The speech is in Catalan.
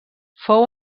fou